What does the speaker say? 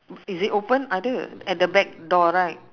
is it open ada at the back door right